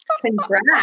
Congrats